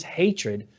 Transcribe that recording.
hatred